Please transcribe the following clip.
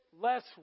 less